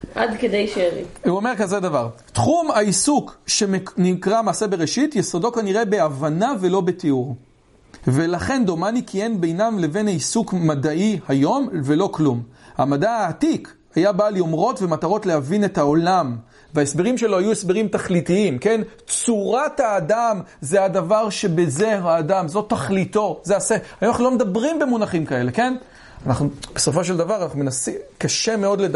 עד כדי שירים. הוא אומר כזה דבר. תחום העיסוק, שנקרא מעשה בראשית, יסודו כנראה בהבנה ולא בתיאור. ולכן דומני כי אין בינם לבין העיסוק מדעי היום ולא כלום. המדע העתיק היה בעלי יומרות ומטרות להבין את העולם. וההסברים שלו היו הסברים תכליתיים, כן? צורת האדם זה הדבר שבזה האדם, זו תכליתו, זה עשה. היום אנחנו לא מדברים במונחים כאלה, כן? אנחנו, בסופו של דבר, אנחנו מנסים, קשה מאוד לדבר.